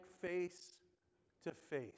face-to-face